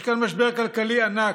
יש כאן משבר כלכלי ענק.